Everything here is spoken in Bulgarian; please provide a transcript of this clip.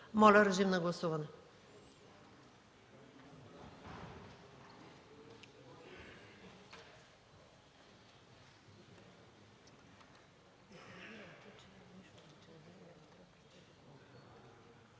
Моля, режим на гласуване.